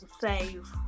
save